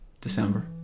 December